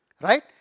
Right